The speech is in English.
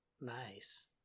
Nice